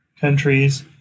countries